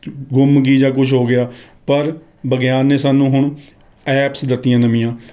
ਗੁੰਮ ਗਈ ਜਾਂ ਕੁਛ ਹੋ ਗਿਆ ਪਰ ਵਿਗਿਆਨ ਨੇ ਸਾਨੂੰ ਹੁਣ ਐਪਸ ਦਿੱਤੀਆਂ ਨਵੀਆਂ